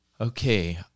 Okay